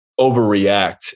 overreact